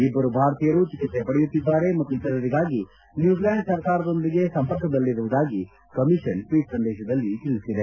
ಇಬ್ಲರು ಭಾರತೀಯರು ಚಿಕಿತ್ತೆ ಪಡೆಯುತ್ತಿದ್ದಾರೆ ಮತ್ತು ಇತರರಿಗಾಗಿ ನ್ಲೂಜಿಲ್ಲಾಂಡ್ ಸರ್ಕಾರದೊಂದಿಗೆ ಸಂಪರ್ಕದಲ್ಲಿರುವುದಾಗಿ ಕಮೀಷನ್ ಟ್ವೀಟ್ ಸಂದೇಶದಲ್ಲಿ ತಿಳಿಸಿದೆ